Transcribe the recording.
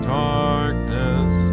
darkness